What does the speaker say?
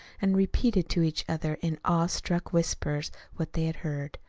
and repeated to each other in awe-struck whispers what they had heard.